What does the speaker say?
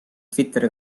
twitteri